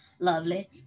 lovely